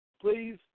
Please